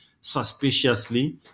suspiciously